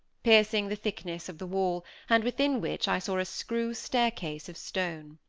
piercing the thickness of the wall and within which i saw a screw staircase of stone.